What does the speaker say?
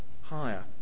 higher